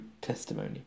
testimony